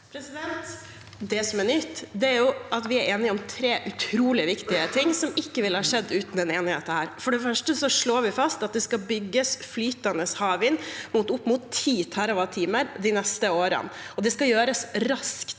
Det som er nytt, er jo at vi er enige om tre utrolig viktige ting som ikke ville ha skjedd uten denne enigheten. For det første slår vi fast at det skal bygges flytende havvind som gir opp mot 10 TWh de neste årene, og det skal gjøres raskt.